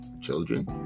Children